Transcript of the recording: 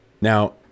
Now